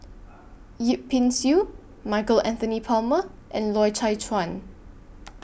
Yip Pin Xiu Michael Anthony Palmer and Loy Chye Chuan